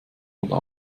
oder